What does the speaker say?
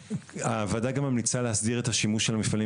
הוועדה גם ממליצה להסדיר את השימוש של המפעלים